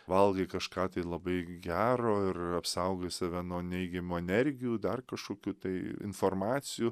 valgai kažką tai labai gero ir apsaugai save nuo neigiamų energijų dar kažkokių tai informacijų